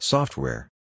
Software